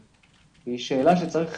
היא שאלה שצריך